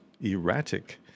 erratic